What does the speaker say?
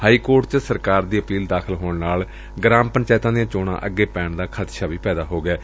high court ਚ ਸਰਕਾਰ ਦੀ ਅਪੀਲ ਦਾਖਲ ਹੋਣ ਨਾਲ ਗਰਾਮ ਪੰਚਾਇਤਾਂ ਦੀਆਂ ਚੋਣਾਂ ਅੱਗੇ ਪੈਣ ਦਾ ਖਦਸ਼ਾ ਵੀ ਪੈਦਾ ਹੋ ਗਿਐ